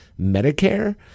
Medicare